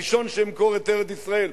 הראשון שאמכור את ארץ-ישראל.